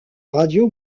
radio